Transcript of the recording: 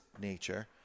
nature